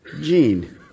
gene